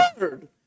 word